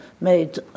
made